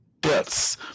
deaths